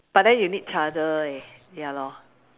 but then you need charger leh ya lor